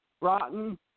rotten